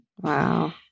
Wow